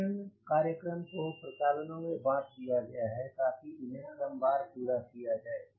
परीक्षण कार्यक्रम को प्रचालनों में बाँट दिया गया है ताकि इन्हे क्रम वार पूरा किया जाए